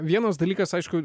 vienas dalykas aišku